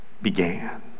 began